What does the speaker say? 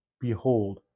Behold